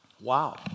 Wow